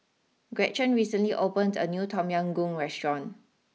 Gretchen recently opened a new Tom Yam Goong restaurant